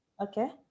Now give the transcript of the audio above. Okay